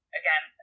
again